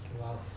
Wow